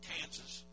Kansas